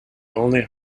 only